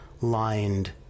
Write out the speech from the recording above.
lined